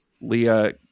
Leah